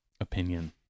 opinion